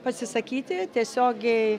pasisakyti tiesiogiai